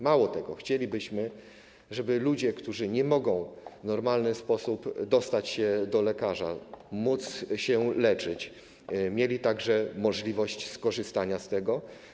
Mało tego, chcielibyśmy, żeby ludzie, którzy nie mogą w normalny sposób dostać się do lekarza i się leczyć, mieli także możliwość skorzystania z tego.